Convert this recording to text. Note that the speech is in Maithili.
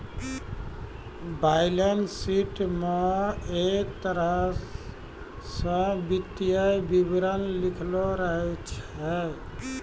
बैलेंस शीट म एक तरह स वित्तीय विवरण लिखलो रहै छै